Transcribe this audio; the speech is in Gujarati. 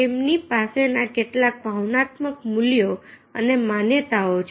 તેથી તેમની પાસેના કેટલાક ભાવનાત્મક મૂલ્યો અને માન્યતાઓ છે